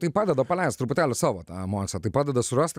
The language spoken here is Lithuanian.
tai padeda paleist truputėlį savo tą emociją tai padeda surast